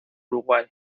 uruguay